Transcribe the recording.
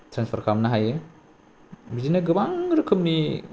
transfer खालामनो हायो बिदिनो गोबां रोखोमनि